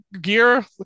gear